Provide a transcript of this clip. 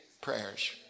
prayers